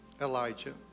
Elijah